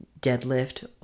deadlift